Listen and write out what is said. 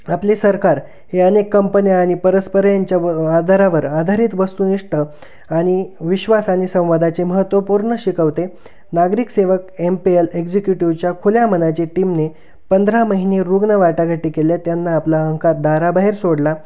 आपले सरकार हे अनेक कंपन्या आणि परस्पर यांच्या व आधारावर आधारित वस्तूनिष्ठ आणि विश्वास आणि संवादाचे महत्त्व पूर्ण शिकवते नागरिक सेवक एम पी एल एक्झिक्युटिव्हच्या खुल्या मनाचे टीमने पंधरा महिने रुग्ण वाटाघाटी केल्या त्यांना आपला अहंकार दाराबाहेर सोडला